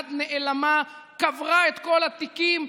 יד נעלמה קברה את כל התיקים,